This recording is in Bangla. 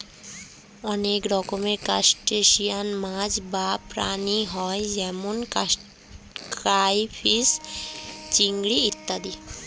অনেক রকমের ক্রাস্টেশিয়ান মাছ বা প্রাণী হয় যেমন ক্রাইফিস, চিংড়ি ইত্যাদি